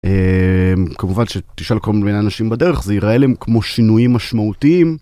כמובן שתשאל כל מיני אנשים בדרך זה יראה להם כמו שינויים משמעותיים.